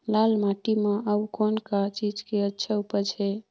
लाल माटी म अउ कौन का चीज के अच्छा उपज है?